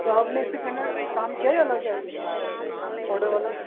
کیا آپ نے اس سے پہلے بھی کام کیا ہے یہ والا کیا